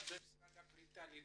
במשרד הקליטה לדרוש.